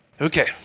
Okay